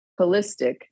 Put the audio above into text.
holistic